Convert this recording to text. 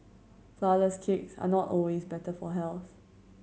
flourless cakes are not always better for health